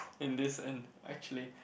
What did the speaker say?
in this end actually